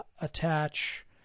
attach